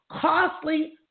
Costly